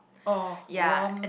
oh warm